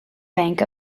bank